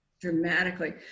dramatically